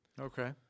Okay